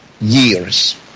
years